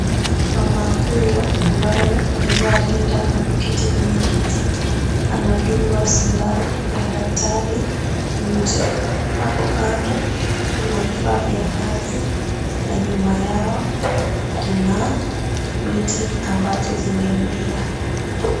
Mama huyo ambayo amevaa rinda na kuketi kwenye kiti. Anadungwa sindano na daktari nje. Hapo kando kuna vifaa vya kazi na nyuma yao kuna miti ambazo zimemea.